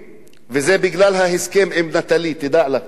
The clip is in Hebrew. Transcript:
וזה בגלל ההסכם עם "נטלי", תדעו לכם,